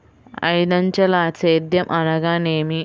ఐదంచెల సేద్యం అనగా నేమి?